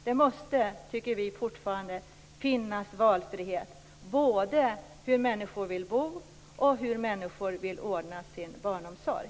Det måste, tycker vi fortfarande, finnas valfrihet både när det gäller hur människor vill bo och när det gäller hur människor vill ordna sin barnomsorg.